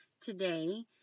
today